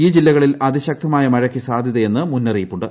ഈ ജില്ലകളിൽ അതിശക്തമായ മഴയ്ക്ക് സാധൃതയെന്ന് മുന്നറിയിപ്പുണ്ട്